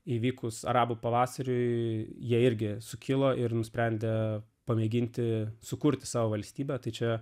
įvykus arabų pavasariui jie irgi sukilo ir nusprendė pamėginti sukurti savo valstybę tai čia